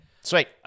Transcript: Sweet